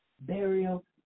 burial